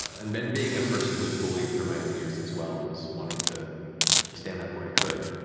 and then being a person who was bullied through my own years as well, was wanting to to stand up where i could,